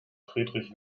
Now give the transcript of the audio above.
friedrich